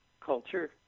culture